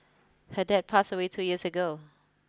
her dad pass away two years ago